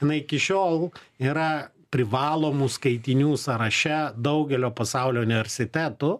jinai iki šiol yra privalomų skaitinių sąraše daugelio pasaulio universitetų